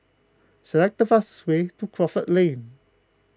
select the fastest way to Crawford Lane